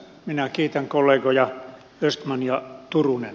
minä kiitän kollegoja östman ja turunen